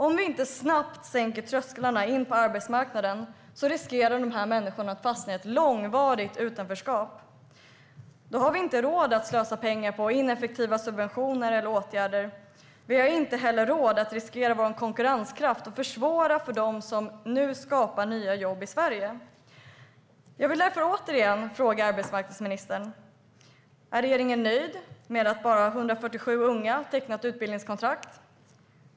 Om vi inte snabbt sänker trösklarna in på arbetsmarknaden riskerar dessa människor att fastna i ett långvarigt utanförskap. Då har vi inte råd att slösa pengar på ineffektiva subventioner eller åtgärder. Vi har inte heller råd att riskera vår konkurrenskraft och försvåra för dem som nu skapar nya jobb i Sverige. Jag vill därför återigen fråga arbetsmarknadsministern följande: Är regeringen nöjd med att bara 147 unga har tecknat utbildningskontrakt?